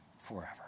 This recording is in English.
forever